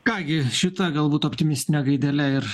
ką gi šita galbūt optimistine gaidele ir